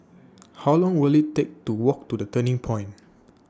How Long Will IT Take to Walk to The Turning Point